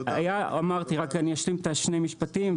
רק אני אשלים את שני המשפטים,